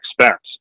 expense